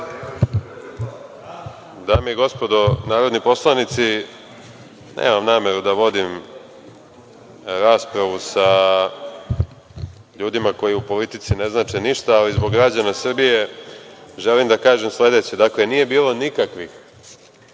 Dame i gospodo narodni poslanici, nemam nameru da vodim raspravu sa ljudima koji u politici ne znače ništa, ali zbog građana Srbije. Želim da kažem sledeće – dakle, nije bilo nikakvih,